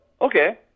Okay